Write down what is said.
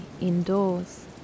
indoors